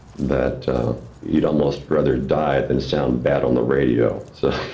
that you'd almost rather die than sound bad on the radio, so